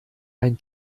ein